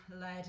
led